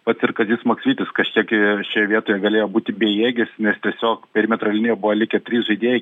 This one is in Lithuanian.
pats ir kazys maksvytis kažkiek ir šioje vietoje galėjo būti bejėgis nes tiesiog perimetro linijoj buvo likę trys žaidėjai